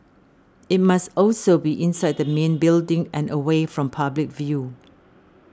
it must also be inside the main building and away from public view